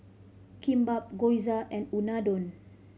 Kimbap Gyoza and Unadon